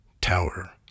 tower